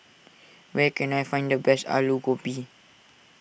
where can I find the best Alu Gobi